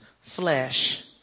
flesh